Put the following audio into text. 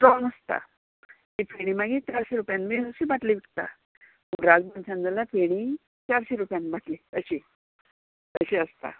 strong आसता ती फेणी मागीर चारशीं रुपयान बीन अशी बाटली विकता उर्राक दोनशान जाल्यार फेणी चारशीं रुपयान बाटली अशी अशी आसता